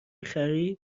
خرید